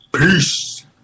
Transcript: Peace